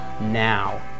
now